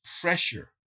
pressure